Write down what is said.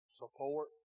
support